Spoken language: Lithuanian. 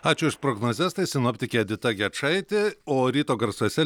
ačiū už prognozes tai sinoptikė edita gečaitė o ryto garsuose